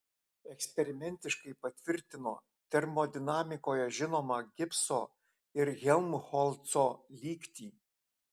eksperimentiškai patvirtino termodinamikoje žinomą gibso ir helmholco lygtį